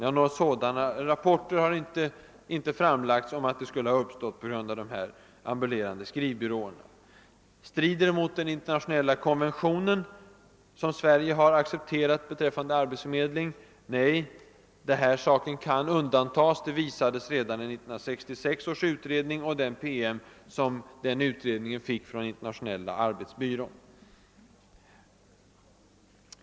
Rapporter om att sådana uppstått har inte framlagts med anledning av de ambulerande skrivbyråernas verksamhet. Strider vårt förslag mot den internationella konventionen om arbetsförmedling som Sverige accepterat? Nej, skrivbyråerna kan undantas, vilket visades redan i 1966 års utredning och den PM som utredningen fick från internationella arbetsbyrån.